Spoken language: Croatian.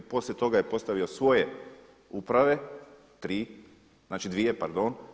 Poslije toga je postavio svoje uprave tri, znači dvije pardon.